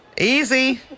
Easy